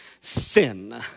sin